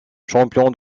champion